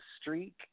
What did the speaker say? streak